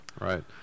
Right